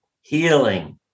healing